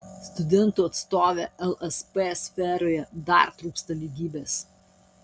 studentų atstovė lsp sferoje dar trūksta lygybės